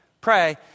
Pray